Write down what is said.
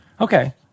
Okay